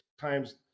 times